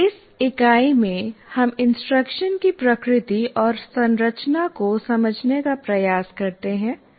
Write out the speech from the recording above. इस इकाई में हम इंस्ट्रक्शन की प्रकृति और संरचना को समझने का प्रयास करते हैं